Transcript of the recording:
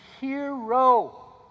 hero